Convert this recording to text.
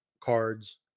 cards